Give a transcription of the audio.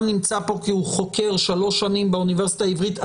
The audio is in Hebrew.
נמצא כאן כי הוא חוקר שלוש שנים באוניברסיטה העברית,